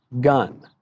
gun